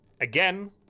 again